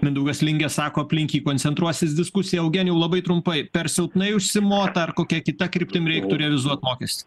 mindaugas lingė sako aplink jį koncentruosis diskusija eugenijau labai trumpai per silpnai užsimota ar kokia kita kryptim reiktų revizuot mokestį